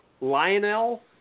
Lionel